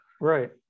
Right